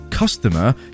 Customer